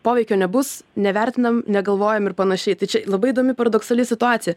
poveikio nebus nevertinom negalvojom ir panašiai tai čia labai įdomi paradoksali situacija